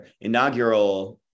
inaugural